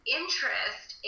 interest